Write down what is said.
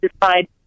decide